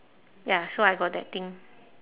ya so I got that thing